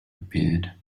appeared